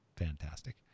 fantastic